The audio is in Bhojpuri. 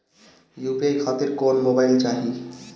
यू.पी.आई खातिर कौन मोबाइल चाहीं?